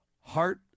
heart